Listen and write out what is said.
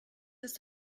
ist